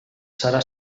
serà